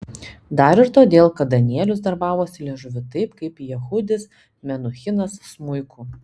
dar ir todėl kad danielius darbavosi liežuviu taip kaip jehudis menuhinas smuiku